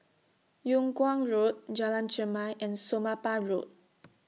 Yung Kuang Road Jalan Chermai and Somapah Road